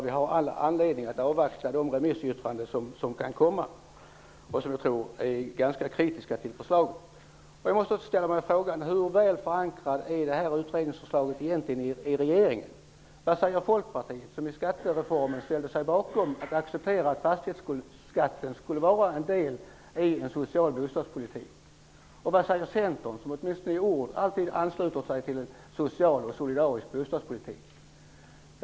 Vi har all anledning att avvakta de remissyttranden som kan komma, och som jag tror kommer att vara ganska kritiska till förslaget. Jag måste också ställa mig frågan: Hur väl förankrat är egentligen detta utredningsförslag i regeringen? Vad säger Folkpartiet, som i skattereformen ställde sig bakom och accepterade att fastighetsskatten skulle vara en del i en social bostadspolitik? Vad säger Centern, som åtminstone i ord alltid ansluter sig till en social och solidarisk bostadspolitik?